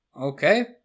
Okay